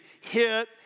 hit